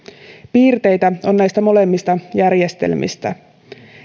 piirteitä on näistä molemmista järjestelmistä